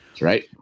right